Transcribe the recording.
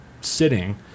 sitting